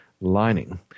lining